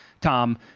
Tom